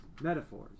metaphors